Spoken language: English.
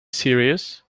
serious